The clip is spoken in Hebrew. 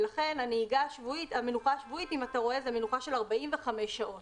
ולכן, המנוחה השבועית זו מנוחה של 45 שעות